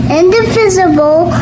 indivisible